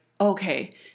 okay